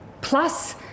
plus